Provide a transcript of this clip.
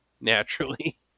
naturally